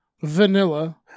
Vanilla